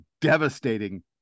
devastating